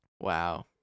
Wow